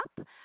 up